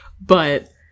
but-